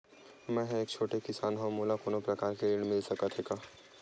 मै ह एक छोटे किसान हंव का मोला कोनो प्रकार के ऋण मिल सकत हे का?